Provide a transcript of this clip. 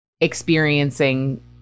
experiencing